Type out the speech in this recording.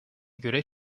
göre